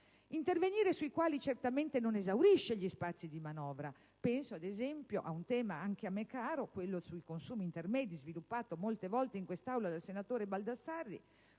Intervenire su tali settori certamente non esaurisce gli spazi di manovra: penso, ad esempio, al tema a me caro dei consumi intermedi, sviluppato molte volte in quest'Aula dal senatore Baldassarri,